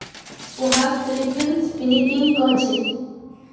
पोहाक फ़िलीपीन्सत पिनीपिग कह छेक